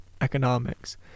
economics